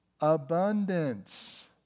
abundance